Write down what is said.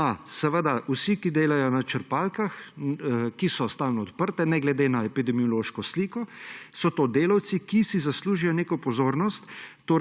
to, da vsi, ki delajo na črpalkah, ki so stalno odprte, ne glede na epidemiološko sliko, so to delavci, ki si zaslužijo neko pozornost